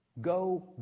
Go